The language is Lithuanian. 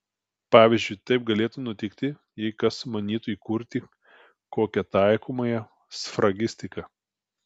pavyzdžiui taip galėtų nutikti jei kas sumanytų įkurti kokią taikomąją sfragistiką